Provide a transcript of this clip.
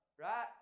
right